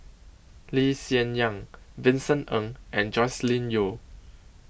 Lee Hsien Yang Vincent Ng and Joscelin Yeo